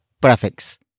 prefix